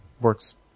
Works